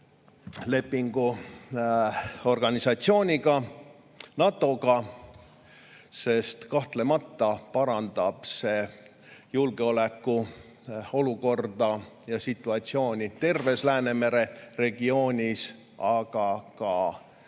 Lepingu Organisatsiooniga, NATO‑ga, sest kahtlemata parandab see julgeolekuolukorda ja situatsiooni terves Läänemere regioonis, aga ka Balti